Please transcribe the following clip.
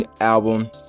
album